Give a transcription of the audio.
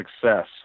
success